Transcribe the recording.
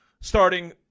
starting